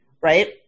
right